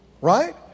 Right